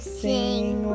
sing